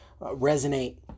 resonate